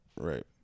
Right